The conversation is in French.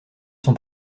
son